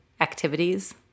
activities